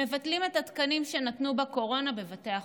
מבטלים את התקנים שנתנו בקורונה לבתי חולים.